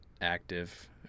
active